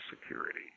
security